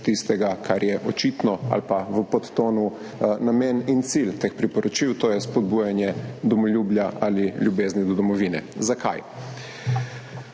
kar je očitno ali pa v podtonu namen in cilj teh priporočil, to je spodbujanje domoljubja ali ljubezni do domovine. Zakaj?